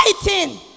fighting